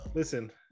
listen